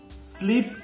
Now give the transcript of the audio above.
sleep